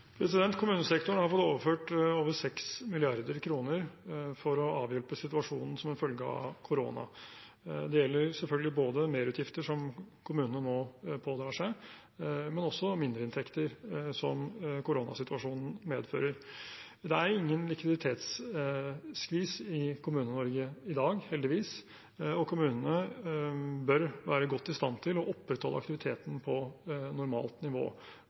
Kommunesektoren har fått overført over 6 mrd. kr for å avhjelpe situasjonen som følge av korona. Det gjelder selvfølgelig merutgifter som kommunene nå pådrar seg, men også mindre inntekter som koronasituasjonen medfører. Det er ingen likviditetsskvis i Kommune-Norge i dag, heldigvis, og kommunene bør være godt i stand til å opprettholde aktiviteten på normalt nivå.